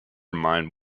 mind